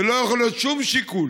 ולא יכול להיות שום שיקול,